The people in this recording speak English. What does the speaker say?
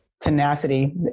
tenacity